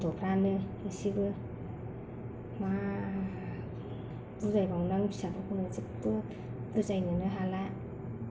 गथ'फ्रानो इसेबो मा बुजायबावनो आं फिसाफोरखौनो जेबो बुजायनोनो हाला